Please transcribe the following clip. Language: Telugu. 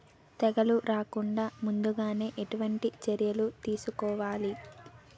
తెగుళ్ల రాకుండ ముందుగానే ఎటువంటి చర్యలు తీసుకోవాలి?